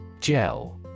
Gel